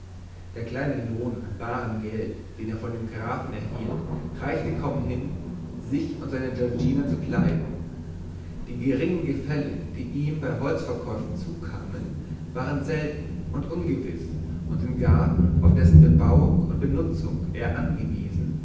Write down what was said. der kleine lohn an barem geld den er von dem grafen erhielt reichte kaum hin sich und seine giorgina zu kleiden die geringen gefälle die ihm bei holzverkäufen zukamen waren selten und ungewiß und den garten auf dessen bebauung und benutzung er angewiesen